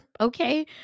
Okay